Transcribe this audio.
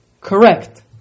correct